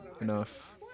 enough